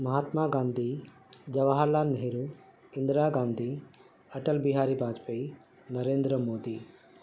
Mahatma Gandhi Jawahar Lal Nehru Indira Gandhi Atal Bihari Vajpayee Narendra Modi